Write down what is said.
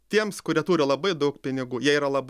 tiems kurie turi labai daug pinigų jie yra labai